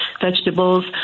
vegetables